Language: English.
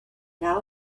now